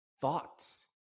thoughts